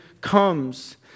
comes